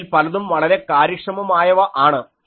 അവയിൽ പലതും വളരെ കാര്യക്ഷമമായവ ആണ്